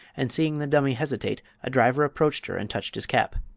and seeing the dummy hesitate a driver approached her and touched his cap.